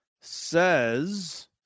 says